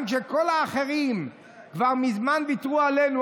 גם כשכל האחרים כבר מזמן ויתרו עלינו.